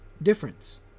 Difference